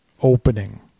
opening